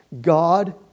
God